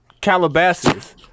Calabasas